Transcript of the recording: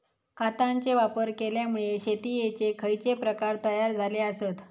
खतांचे वापर केल्यामुळे शेतीयेचे खैचे प्रकार तयार झाले आसत?